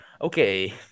Okay